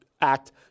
Act